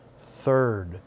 Third